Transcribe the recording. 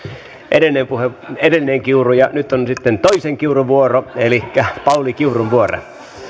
edellinen kiuru nyt on sitten toisen kiurun elikkä pauli kiurun vuoro